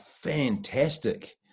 fantastic